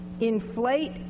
inflate